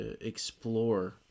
Explore